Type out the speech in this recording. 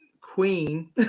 queen